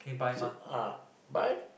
said ah bye